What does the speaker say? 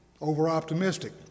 over-optimistic